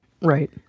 right